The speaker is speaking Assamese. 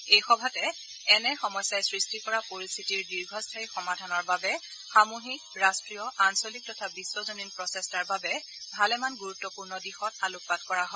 এই সভাতে এনে সমস্যাই সৃষ্টি কৰা পৰিস্থিতিৰ দীৰ্ঘস্থায়ী সমাধানৰ বাবে সামূহিক ৰাষ্টীয় আঞ্চলিক তথা বিখ্জনিন প্ৰচেষ্টাৰ বাবে ভালেমান গুৰুত্বপূৰ্ণ দিশত আলোকপাত কৰা হয়